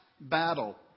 Battle